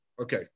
Okay